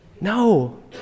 No